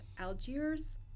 Algiers